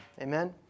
Amen